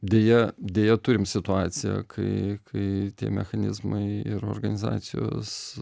deja deja turim situaciją kai kai tie mechanizmai ir organizacijos